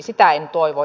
sitä en toivo